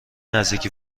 نزدیکی